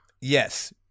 Yes